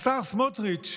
השר סמוטריץ'